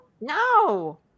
No